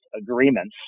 agreements